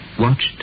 watched